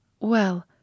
Well